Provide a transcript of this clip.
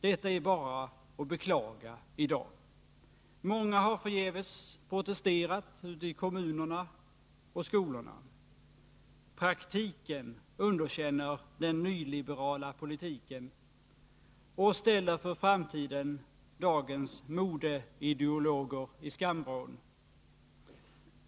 Detta är bara att beklaga i dag. Många har förgäves protesterat ute i kommunerna och skolorna. Praktiken underkänner den nyliberala politiken och ställer för framtiden dagens modeideologer i skamvrån.